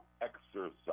exercise